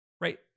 right